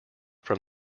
from